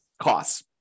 costs